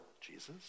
Jesus